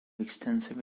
extensive